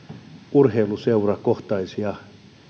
urheiluseurakohtaisia